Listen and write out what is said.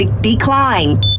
Decline